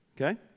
Okay